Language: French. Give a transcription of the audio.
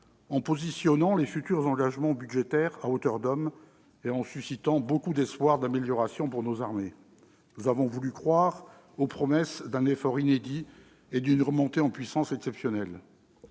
en positionnant les futurs engagements budgétaires à « hauteur d'homme » et en suscitant beaucoup d'espoir d'amélioration pour nos armées. Nous avons voulu croire aux promesses d'un effort inédit et d'une remontée en puissance exceptionnelle.